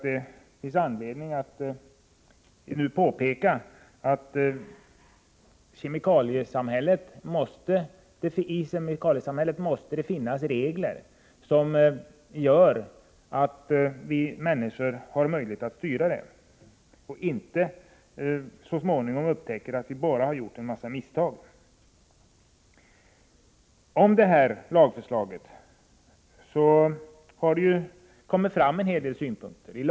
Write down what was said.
Det finns anledning att här påpeka att det i kemikaliesamhället måste finnas regler som gör att vi människor har möjlighet att styra utvecklingen, så att vi inte så småningom upptäcker att vi bara har gjort en mängd misstag. Det har framförts en hel del synpunkter på regeringens lagförslag.